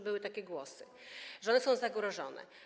Były takie głosy, że one są zagrożone.